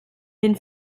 den